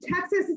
Texas